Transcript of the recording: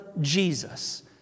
Jesus